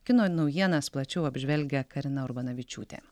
kino naujienas plačiau apžvelgia karina urbanavičiūtė